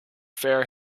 fair